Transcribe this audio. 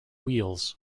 wheels